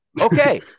Okay